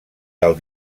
del